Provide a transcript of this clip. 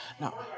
no